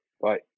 bye